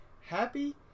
happy